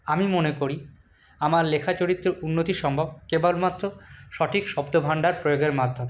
আমি মনে করি আমার লেখা চরিত্রের উন্নতি সম্ভব কেবলমাত্র সঠিক শব্দভান্ডার প্রয়োগের মাধ্যমে